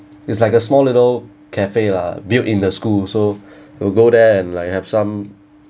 it's like a small little cafe lah built in the school so we'll go there and like have some